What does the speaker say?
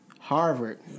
Harvard